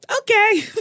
okay